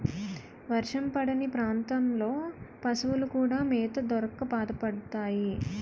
వర్షం పడని ప్రాంతాల్లో పశువులు కూడా మేత దొరక్క బాధపడతాయి